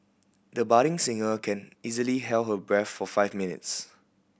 the budding singer can easily held her breath for five minutes